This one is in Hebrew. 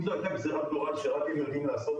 אם זו הייתה גזרת גורל שרק הם יודעים לעשות